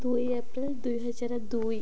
ଦୁଇ ଏପ୍ରିଲ ଦୁଇ ହଜାର ଦୁଇ